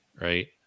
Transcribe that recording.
right